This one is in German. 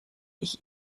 ich